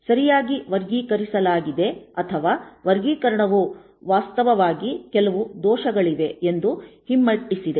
ಸರಿಯಾಗಿ ವರ್ಗೀಕರಿಸಲಾಗಿದೆ ಅಥವಾ ವರ್ಗೀಕರಣವು ವಾಸ್ತವವಾಗಿ ಕೆಲವು ದೋಷಗಳಿವೆ ಎಂದು ಹಿಮ್ಮೆಟ್ಟಿಸಿದೆ